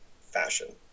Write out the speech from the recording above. fashion